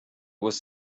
was